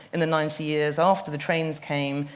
in the ninety years after the trains came,